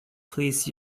please